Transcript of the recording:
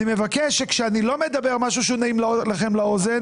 אני מבקש שכאשר אני לא מדבר משהו שהוא נעים לכם לאוזן,